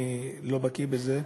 אני לא בקי בזה,